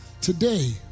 today